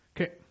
Okay